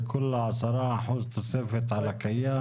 וכולה 10% תוספת על הקיים.